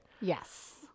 yes